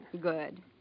Good